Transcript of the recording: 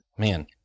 Man